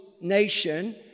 nation